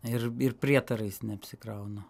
ir prietarais neapsikraunu